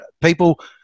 People